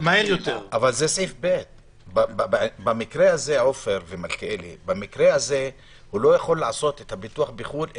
במקרה הזה הוא לא יכול לעשות את הביטוח בחו"ל,